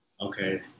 okay